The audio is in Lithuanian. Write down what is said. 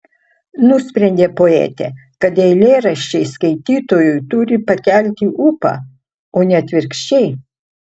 nusprendė poetė kad eilėraščiai skaitytojui turi pakelti ūpą o ne atvirkščiai